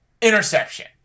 Interception